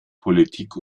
politik